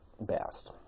best